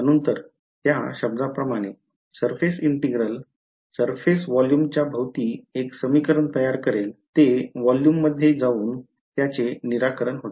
म्हणून तर त्या शब्दाप्रमाणे surface इंटिग्रल surface वोल्युमच्या भवती एक समीकरण तयार करेल ते वोल्युम मध्ये जाऊन त्याचे निराकरण होते